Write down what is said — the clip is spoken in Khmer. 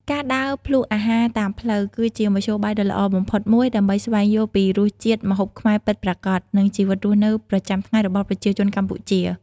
ការដើរភ្លក្សអាហារតាមផ្លូវ គឺជាមធ្យោបាយដ៏ល្អបំផុតមួយដើម្បីស្វែងយល់ពីរសជាតិម្ហូបខ្មែរពិតប្រាកដ និងជីវិតរស់នៅប្រចាំថ្ងៃរបស់ប្រជាជនកម្ពុជា ។